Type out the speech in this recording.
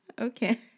Okay